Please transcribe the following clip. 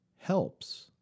helps